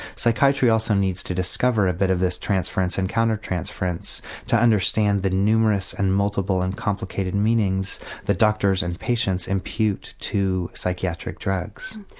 psychiatry also needs to discover a bit of this transference and counter-transference to understand the numerous and multiple and complicated meanings that doctors and patients impute to psychiatric drugs.